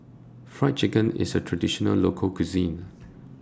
Fried Chicken IS A Traditional Local Cuisine